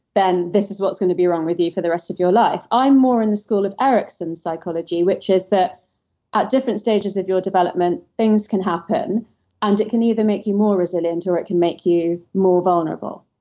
then this is what's going to be wrong with you for the rest of your life. i'm more in the school or erickson's psychology, which is that at different stages of your development, things can happen and it can either make you more resilient or it can make you more vulnerable.